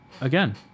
again